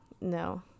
No